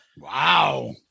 Wow